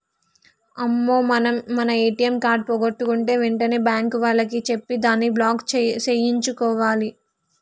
అమ్మో మనం మన ఏటీఎం కార్డు పోగొట్టుకుంటే వెంటనే బ్యాంకు వాళ్లకి చెప్పి దాన్ని బ్లాక్ సేయించుకోవాలి